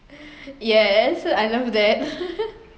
yes I love that